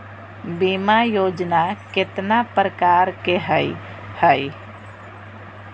बीमा योजना केतना प्रकार के हई हई?